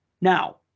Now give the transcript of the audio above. Now